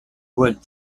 with